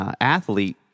athlete